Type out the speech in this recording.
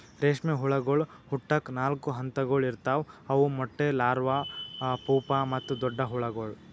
ರೇಷ್ಮೆ ಹುಳಗೊಳ್ ಹುಟ್ಟುಕ್ ನಾಲ್ಕು ಹಂತಗೊಳ್ ಇರ್ತಾವ್ ಅವು ಮೊಟ್ಟೆ, ಲಾರ್ವಾ, ಪೂಪಾ ಮತ್ತ ದೊಡ್ಡ ಹುಳಗೊಳ್